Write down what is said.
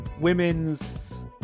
women's